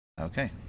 okay